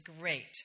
great